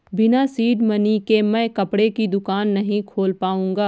बिना seed money के मैं कपड़े की दुकान नही खोल पाऊंगा